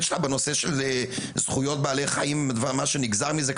שלה בנושא של זכויות בעלי חיים ומה שנגזר מזה,